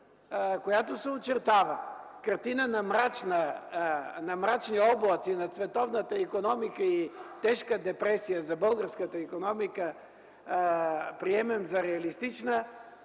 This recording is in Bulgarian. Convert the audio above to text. която се очертава – картина на мрачни облаци над световната икономика и тежка депресия за българската икономика, приемем за реалистична,